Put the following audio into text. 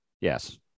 Yes